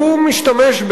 הוא משתמש,